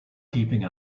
keeping